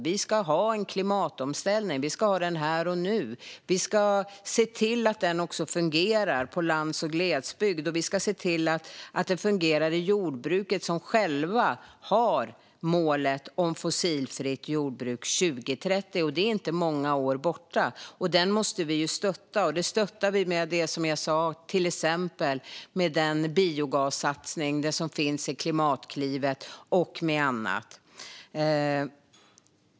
Vi ska ha en klimatomställning, och vi ska ha den här och nu. Vi ska se till att den fungerar också på lands och glesbygd, och vi ska se till att den fungerar i jordbruket där målet är ett fossilfritt jordbruk 2030. Det är inte många år bort. Den omställningen måste vi stötta, och det gör vi med till exempel biogassatsningen, det som finns i Klimatklivet och annat.